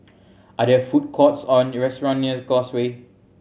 are there food courts or restaurant near Causeway